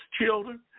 children